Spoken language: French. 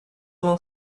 vingt